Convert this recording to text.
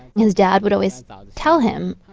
his dad would always tell him,